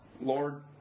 Lord